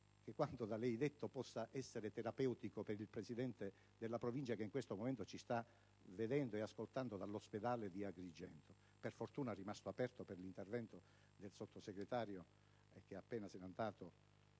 che quanto da lei detto possa essere terapeutico per il Presidente della Provincia, che in questo momento ci sta vedendo e ascoltando dall'ospedale di Agrigento (che per fortuna è rimasto aperto, grazie all'intervento del sottosegretario Bertolaso,